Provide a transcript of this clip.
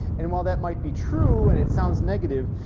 and while that might be true and it sounds negative,